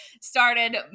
started